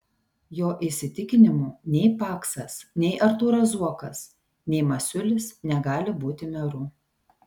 jo įsitikinimu nei paksas nei artūras zuokas nei masiulis negali būti meru